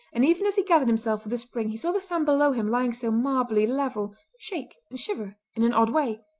and even as he gathered himself for the spring he saw the sand below him lying so marbly level shake and shiver in an odd way.